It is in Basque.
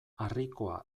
harrikoa